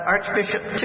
Archbishop